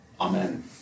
Amen